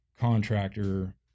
contractor